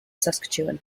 saskatchewan